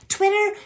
Twitter